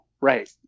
right